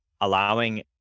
allowing